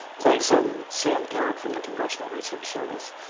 thank. sam sam garrett from the congressional resource service.